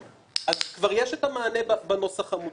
כבר יש את המענה בנוסח המוצע.